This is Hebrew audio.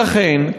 לכן,